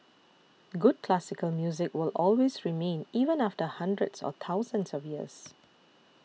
good classical music will always remain even after hundreds or thousands of years